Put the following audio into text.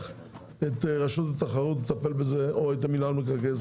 את רשות התחרות לטפל בזה או את מינהל מקרקעי ישראל.